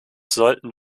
sollten